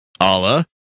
Allah